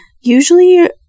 usually